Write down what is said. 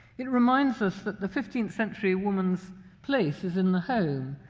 it reminds us that the fifteenth century woman's place is in the home,